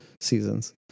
seasons